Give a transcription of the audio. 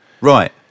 Right